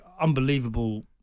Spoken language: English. unbelievable